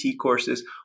courses